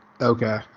Okay